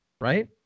right